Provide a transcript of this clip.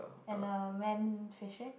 and a man fishing